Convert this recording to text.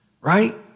right